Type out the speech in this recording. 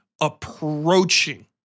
approaching